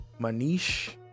Manish